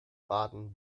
baden